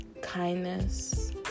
Kindness